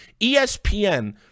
ESPN